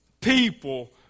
People